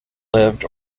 lived